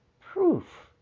proof